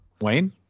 Wayne